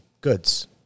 goods